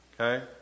Okay